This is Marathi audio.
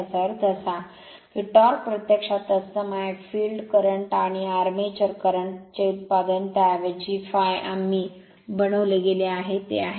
याचा अर्थ असा की टॉर्क प्रत्यक्षात तत्सम आहे फील्ड करंटचे आणि आर्मेचर करंटचे उत्पादन त्याऐवजी ∅ आम्ही बनवले गेले तर ते आहे